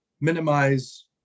minimize